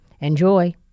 Enjoy